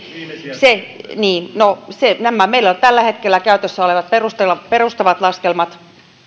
piiriin niin meillä on tällä hetkellä käytössä olevat perustavat laskelmat